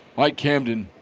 mike camden